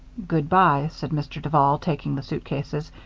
good-by, said mr. duval, taking the suitcases.